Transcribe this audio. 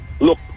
look